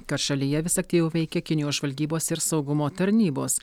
kad šalyje vis aktyviau veikia kinijos žvalgybos ir saugumo tarnybos